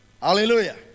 Hallelujah